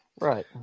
right